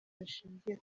rishingiye